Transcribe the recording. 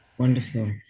Wonderful